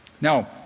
Now